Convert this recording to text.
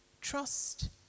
Trust